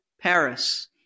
Paris